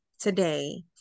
today